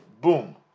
boom